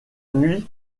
nuit